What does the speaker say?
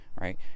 Right